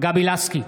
גבי לסקי,